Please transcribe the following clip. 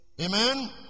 Amen